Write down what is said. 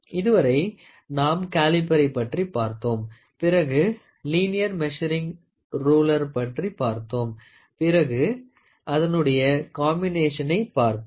இதுவரை நாம் காலிபரை பற்றி பார்த்தோம் பிறகு லீனியர் மெசரிங் ரூலெர் பற்றி பார்த்தோம் பிறகு அதனுடைய காம்பினேஷனை பார்த்தோம்